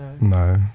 No